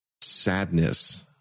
sadness